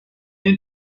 you